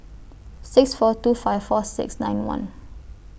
six four two five four six nine one